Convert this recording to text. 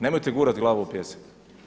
Nemojte gurati glavu u pijesak!